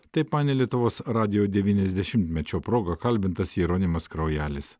taip manė lietuvos radijo devyniasdešimtmečio proga kalbintas jeronimas kraujelis